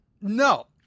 No